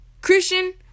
Christian